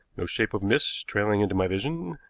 no shape of mist trailing into my vision.